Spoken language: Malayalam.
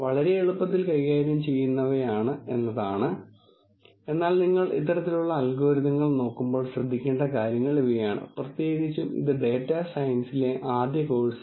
വളരെ എളുപ്പത്തിൽ കൈകാര്യം ചെയ്യാവുന്നവയാണ് എന്നതാണ് എന്നാൽ നിങ്ങൾ ഇത്തരത്തിലുള്ള അൽഗോരിതങ്ങൾ നോക്കുമ്പോൾ ശ്രദ്ധിക്കേണ്ട കാര്യങ്ങൾ ഇവയാണ് പ്രത്യേകിച്ചും ഇത് ഡാറ്റാ സയൻസിലെ ആദ്യ കോഴ്സാണ്